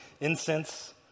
incense